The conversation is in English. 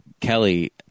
Kelly